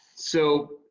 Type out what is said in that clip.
so,